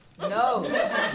No